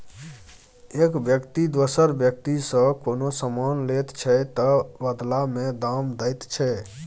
एक बेकती दोसर बेकतीसँ कोनो समान लैत छै तअ बदला मे दाम दैत छै